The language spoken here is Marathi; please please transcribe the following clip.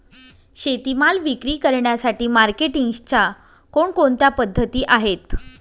शेतीमाल विक्री करण्यासाठी मार्केटिंगच्या कोणकोणत्या पद्धती आहेत?